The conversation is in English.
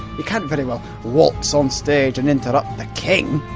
you can't very well waltz on stage and interrupt the king!